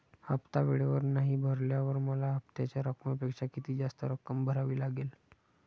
हफ्ता वेळेवर नाही भरल्यावर मला हप्त्याच्या रकमेपेक्षा किती जास्त रक्कम भरावी लागेल?